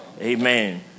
Amen